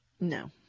No